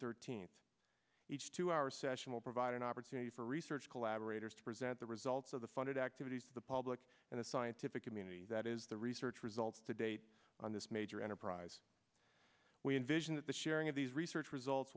thirteenth each two hour session will provide an opportunity for research collaborators to present the results of the funded activities to the public and the scientific community that is the research results to date on this major enterprise we envision that the sharing of these research results